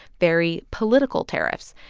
very political tariffs.